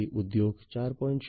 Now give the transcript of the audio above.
તેથી ઉદ્યોગ 4